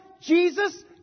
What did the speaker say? Jesus